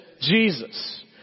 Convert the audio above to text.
Jesus